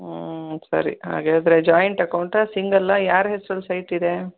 ಹ್ಞೂ ಸರಿ ಹಾಗಿದ್ದರೆ ಜಾಯಿಂಟ್ ಅಕೌಂಟಾ ಸಿಂಗಲ್ಲಾ ಯಾರ ಹೆಸ್ರಲ್ಲಿ ಸೈಟ್ ಇದೆ